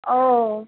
ও